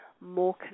more